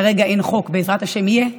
כרגע אין חוק, בעזרת השם יהיה,